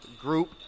group